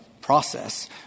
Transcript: process